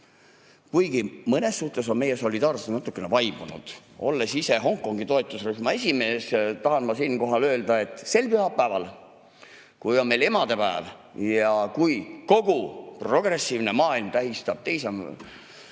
Kuigi mõnes suhtes on meie solidaarsus natukene vaibunud. Olles ise Hongkongi toetusrühma esimees, tahan ma siinkohal öelda, et sel pühapäeval, kui meil on emadepäev ja kui kogu progressiivne maailm tähistab teise